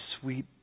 sweet